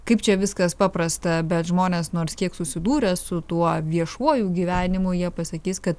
kaip čia viskas paprasta bet žmonės nors kiek susidūrę su tuo viešuoju gyvenimu jie pasakys kad